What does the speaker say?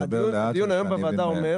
דבר לאט כדי שאני אבין מהר.